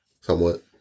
Somewhat